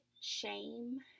shame